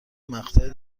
مقطع